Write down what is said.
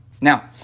Now